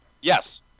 Yes